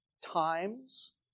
times